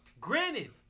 granted